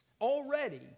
Already